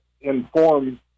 inform